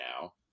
now